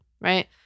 right